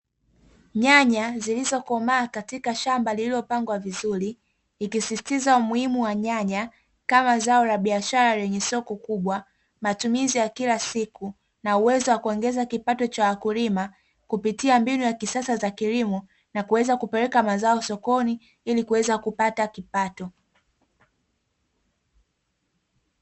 Nyanya zilizokomaa katika shamba lililopangwa vizuri, ikisisitiza umuhimu wa nyanya kama zao la biashara lenye soko kubwa, matumizi ya kila siku, na uwezo wa kuongeza kipato cha wakulima kupitia mbinu ya kisasa za kilimo na kuweza kupeleka mazao sokoni ili kuweza kupata kipato.